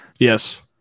Yes